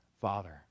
Father